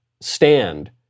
stand